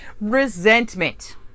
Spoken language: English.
Resentment